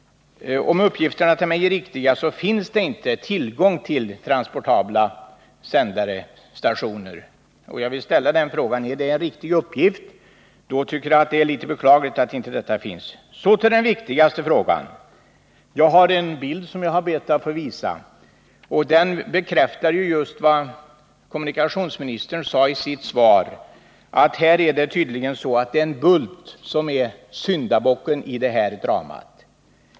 Om uppgifterna till mig är riktiga finns det inte tillgång till transportabla sändarstationer. Jag vill ställa frågan: Är det en riktig uppgift? — Om det är så tycker jag att det är litet beklagligt. Så till den viktigaste frågan. Jag visar här en bild på TV-skärmen, och den bekräftar just vad kommunikationsministern sade i sitt svar, nämligen att det tydligen är en bult som är boven i det här dramat.